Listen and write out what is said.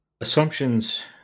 assumptions